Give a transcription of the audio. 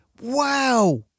Wow